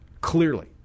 Clearly